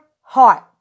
heart